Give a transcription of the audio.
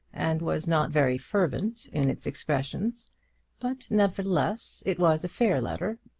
and was not very fervent in its expressions but, nevertheless, it was a fair letter,